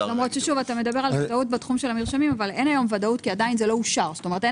בוודאות יותר זול מהמצב כיום.